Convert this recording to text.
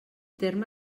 terme